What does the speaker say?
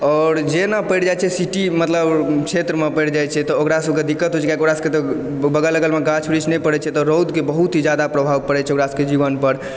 आओर जे न पड़ि जाइत छै सिटी मतलब क्षेत्रमे पड़ि जाइत छै तऽ ओकरा सभकेँ दिक्कत होइत छै किआकि ओकरा सभकेँ तऽ बगल अगलमे गाछ वृक्ष नहि पड़ैत छै तऽ रौदके बहुत ही जादा प्रभाव पड़ैत छै ओकरा सभकेँ जीवन पर